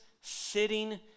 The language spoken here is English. sitting